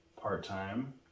part-time